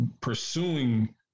pursuing